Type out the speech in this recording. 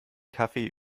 kaffee